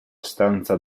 stanza